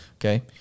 Okay